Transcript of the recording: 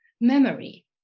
memory